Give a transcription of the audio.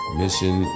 mission